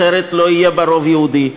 אחרת לא יהיה בה רוב יהודי.